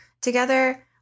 together